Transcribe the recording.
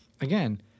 again